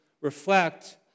reflect